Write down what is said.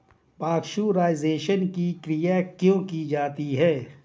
Pasteurisation की क्रिया क्यों की जाती है?